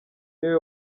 niwe